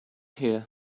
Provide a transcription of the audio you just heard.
here